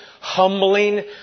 humbling